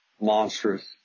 monstrous